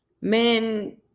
Men